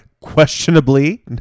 questionably